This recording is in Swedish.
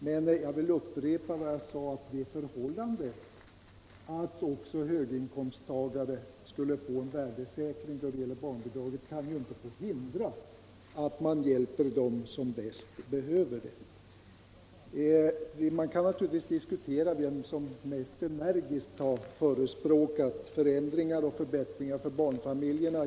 Men jag vill upprepa att det förhållandet att också höginkomsttagare skulle få en värdesäkring av barnbidragen inte kan få hindra att man hjälper dem som bäst behöver det. Man kan naturligtvis diskutera vem som mest energiskt har förespråkat förändringar och förbättringar för barnfamiljerna.